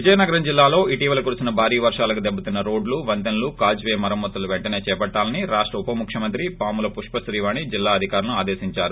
విజయంనగరం జిల్లాలో ఇటీవల కురిసిన భారీ వర్గాలకు దెబ్బతిన్న రోడ్లు వంతెనలు కాజ్ పే మరమ్మత్తులు పెంటనే చేపట్టాలని రాష్ట ఉప్ముఖ్యమంత్రి పాముల పుష్ప శ్రీవాణి జిల్లా అధికారులను ఆదేశించారు